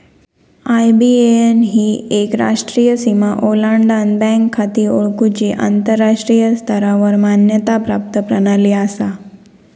IBAN ही एक राष्ट्रीय सीमा ओलांडान बँक खाती ओळखुची आंतराष्ट्रीय स्तरावर मान्यता प्राप्त प्रणाली असा